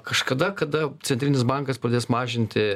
kažkada kada centrinis bankas pradės mažinti